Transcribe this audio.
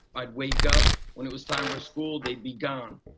i'd wake up when it was time for school they'd be gone.